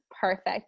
Perfect